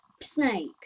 snake